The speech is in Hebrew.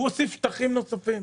הוא הוסיף שטחים נוספים,